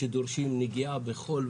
שדורשים נגיעה בכל.